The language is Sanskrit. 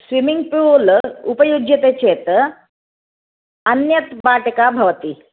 स्विमिङ्ग् पूल् उपयुज्यते चेत् अन्यत् भाटकं भवति